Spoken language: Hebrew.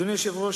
אדוני היושב-ראש,